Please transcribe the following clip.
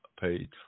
page